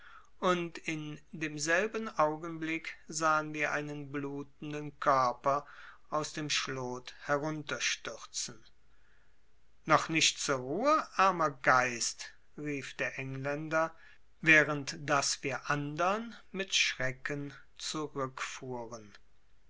und in demselben augenblick sahen wir einen blutenden körper aus dem schlot herunterstürzen noch nicht zur ruhe armer geist rief der engländer während daß wir andern mit schrecken zurückfuhren